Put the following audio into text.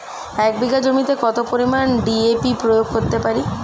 এক বিঘা জমিতে কত পরিমান ডি.এ.পি প্রয়োগ করতে পারি?